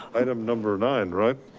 item number nine, right?